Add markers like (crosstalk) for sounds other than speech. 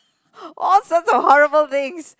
(laughs) all sorts of horrible things